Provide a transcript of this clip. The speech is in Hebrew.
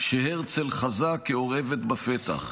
שהרצל חזה כאורבת בפתח,